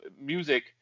music